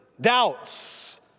doubts